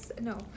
No